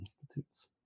institutes